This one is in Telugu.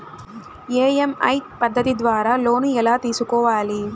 ఇ.ఎమ్.ఐ పద్ధతి ద్వారా లోను ఎలా తీసుకోవాలి